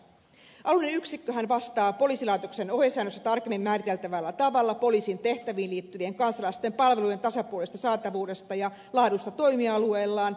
alueellinen yksikköhän vastaa poliisilaitoksen ohjesäännössä tarkemmin määriteltävällä tavalla poliisin tehtäviin liittyvien kansalaisten palvelujen tasapuolisesta saatavuudesta ja laadusta toimialueellaan